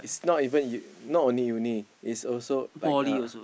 not even you not only uni is also like uh